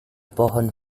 pohon